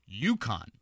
UConn